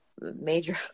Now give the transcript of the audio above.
major